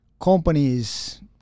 companies